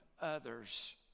others